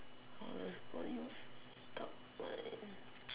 !wah! there's a body with dark mind